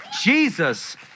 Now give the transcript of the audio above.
Jesus